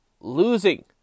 losing